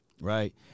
Right